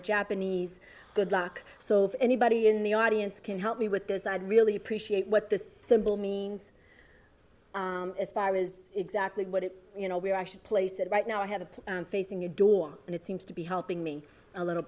japanese good luck so if anybody in the audience can help me with this i'd really appreciate what the symbol means as far as exactly what it you know we're actually place at right now i have a facing a door and it seems to be helping me a little